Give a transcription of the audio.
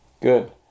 good